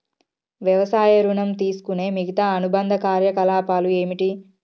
వ్యవసాయ ఋణం తీసుకునే మిగితా అనుబంధ కార్యకలాపాలు ఏమిటి?